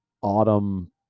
autumn